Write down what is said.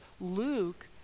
Luke